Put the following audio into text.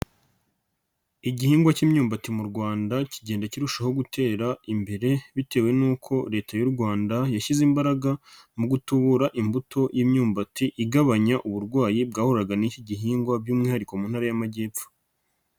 Igihingwa k'imyumbati mu Rwanda kigenda kirushaho gutera imbere bitewe nuko Leta y'u Rwanda yashyize imbaraga mu gutubura imbuto y'imyumbati igabanya uburwayi bwahuraga n'iki gihingwa by'umwihariko mu Ntara y'amajyepfo.